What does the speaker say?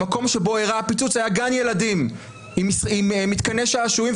במקום שבו אירע הפיצוץ היה גן ילדים עם מתקני שעשועים,